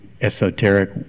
esoteric